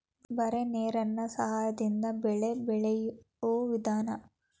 ಬರೇ ನೇರೇನ ಸಹಾದಿಂದ ಬೆಳೆ ಬೆಳಿಯು ವಿಧಾನಾ